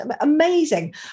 amazing